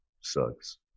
sucks